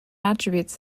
attributes